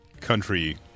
country